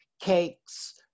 cakes